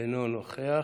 אינו נוכח,